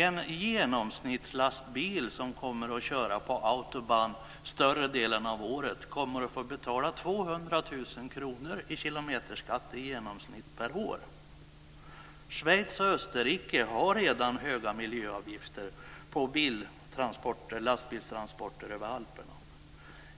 En genomsnittslastbil som större delen av året kör på Autobahn kommer att få betala i genomsnitt 200 000 kr i kilometerskatt per år. Schweiz och Österrike har redan höga miljöavgifter på lastbilstransporter över Alperna.